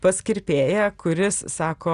pas kirpėją kuris sako